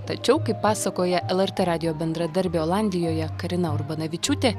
tačiau kaip pasakoja lrt radijo bendradarbė olandijoje karina urbanavičiūtė